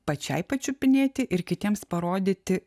pačiai pačiupinėti ir kitiems parodyti